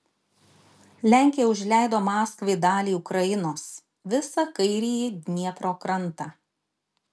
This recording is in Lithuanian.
lenkija užleido maskvai dalį ukrainos visą kairįjį dniepro krantą